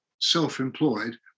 self-employed